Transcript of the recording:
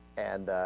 and ah.